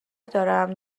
دارم